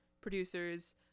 producers